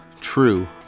true